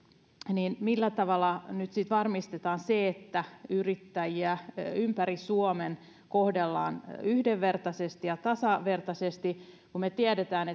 niin millä tavalla nyt sitten varmistetaan se että yrittäjiä ympäri suomen kohdellaan yhdenvertaisesti ja tasavertaisesti kun me tiedämme